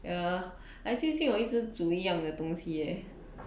ya like 最近我一直煮一样的东西 leh